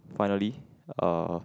finally uh